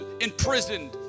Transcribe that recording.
imprisoned